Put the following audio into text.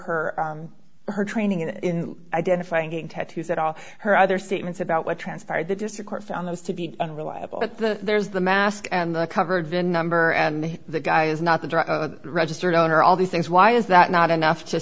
her or her training in identifying tattoos at all her other statements about what transpired the district court found those to be unreliable but the there's the mask and the covered vin number and the guy is not the drug registered owner all these things why is that not enough to